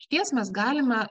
išties mes galime